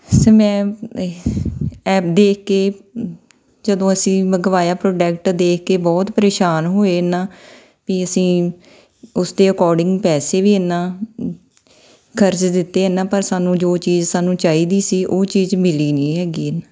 sir ਮੈਂ ਇਹ app ਦੇਖ ਕੇ ਜਦੋਂ ਅਸੀਂ ਮੰਗਵਾਇਆ ਪ੍ਰੋਡੈਕਟ ਦੇਖ ਕੇ ਬਹੁਤ ਪਰੇਸ਼ਾਨ ਹੋਏ ਇਹ ਨਾ ਵੀ ਅਸੀਂ ਉਸਦੇ ਅਕੋਰਡਿੰਗ ਪੈਸੇ ਵੀ ਇੰਨਾ ਖਰਚ ਦਿੱਤੇ ਇਹ ਨਾ ਪਰ ਸਾਨੂੰ ਜੋ ਚੀਜ਼ ਸਾਨੂੰ ਚਾਹੀਦੀ ਸੀ ਉਹ ਚੀਜ਼ ਮਿਲੀ ਨਹੀਂ ਹੈਗੀ